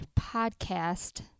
podcast